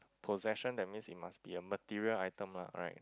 possession that means it must be a material item lah right